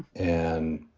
and,